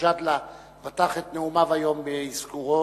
מג'אדלה פתח את נאומיו היום באזכורו.